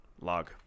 log